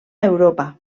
europa